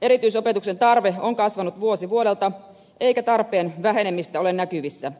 erityisopetuksen tarve on kasvanut vuosi vuodelta eikä tarpeen vähenemistä ole näkyvissä